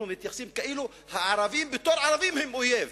אנחנו מתייחסים לערבים בתור ערבים כאויב.